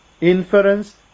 inference